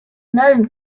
known